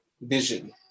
vision